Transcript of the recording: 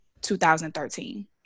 2013